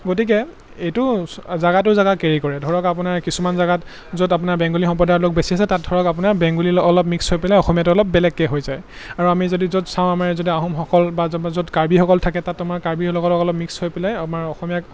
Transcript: গতিকে এইটো জেগাটো জেগা কেৰি কৰে ধৰক আপোনাৰ কিছুমান জেগাত য'ত আপোনাৰ বেংগলী সম্প্ৰদায়ৰ লোক বেছি আছে তাত ধৰক আপোনাৰ বেংগলী অলপ মিক্স হৈ পেলাই অসমীয়াটো অলপ বেলেগকৈ হৈ যায় আৰু আমি যদি য'ত চাওঁ আমাৰ যদি আহোমসকল বা য'ত কাৰ্বিসকল থাকে তাত আমাৰ কাৰ্বিৰ লগত অলপ মিক্স হৈ পেলাই আমাৰ অসমীয়াক